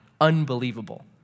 unbelievable